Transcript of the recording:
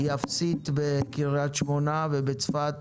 היא אפסית בקרית שמונה, בצפת,